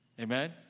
Amen